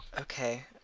Okay